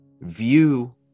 view